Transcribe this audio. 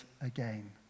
again